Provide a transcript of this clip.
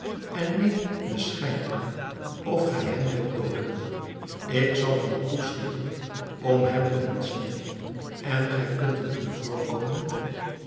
en neem den schijn aan of gij hem wilt dooden ik zal dan toeschieten om hem te ontzetten en gij kunt het doen voorkomen